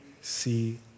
see